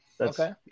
okay